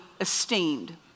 esteemed